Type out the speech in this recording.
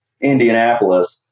Indianapolis